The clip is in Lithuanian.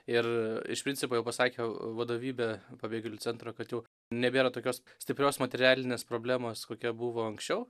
ir iš principo jau pasakė vadovybė pabėgėlių centro kad jau nebėra tokios stiprios materialinės problemos kokia buvo anksčiau